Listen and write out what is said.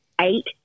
eight